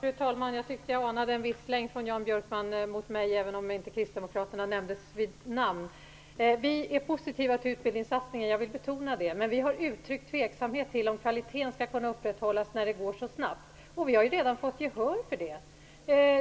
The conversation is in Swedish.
Fru talman! Jag tyckte mig ana en viss släng från Jan Björkman mot mig, även om inte kristdemokraterna nämndes vid namn. Jag vill betona att vi är positiva till utbildningssatsningen. Men vi har uttryckt tveksamhet till om kvaliteten skall kunna upprätthållas när det går så snabbt, och det har vi ju redan fått gehör för.